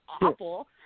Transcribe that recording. awful